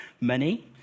money